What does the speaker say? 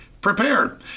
prepared